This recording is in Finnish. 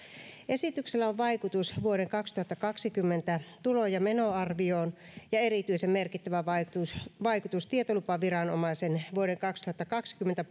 esityksellä on vaikutus vuoden kaksituhattakaksikymmentä tulo ja menoarvioon ja erityisen merkittävä vaikutus vaikutus tietolupaviranomaisen vuoden kaksituhattakaksikymmentä